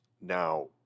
Now